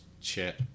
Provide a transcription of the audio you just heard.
chat